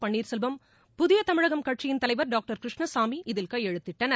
பள்ளீர் செல்வம் புதிய தமிழகம் கட்சியிள் தலைவர் டாக்டர் கிருஷ்ணசாமி இதில் கையெழுத்திட்டனர்